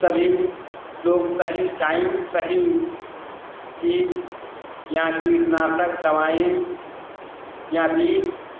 सभी लोग सही टाइम सही चीज या कीटनाशक दवाएं या बीज